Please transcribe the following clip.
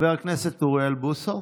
חבר הכנסת אוריאל בוסו,